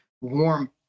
warm